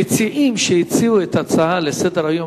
המציעים שהציעו את ההצעה לסדר-היום